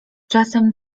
czasem